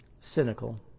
Cynical